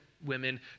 Women